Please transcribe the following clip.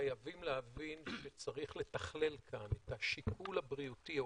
חייבים להבין שצריך לתכלל כאן את השיקול הבריאותי או